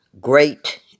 great